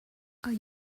are